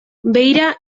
beira